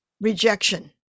rejection